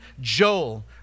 Joel